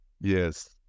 yes